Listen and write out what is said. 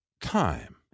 Time